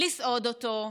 לסעוד אותו,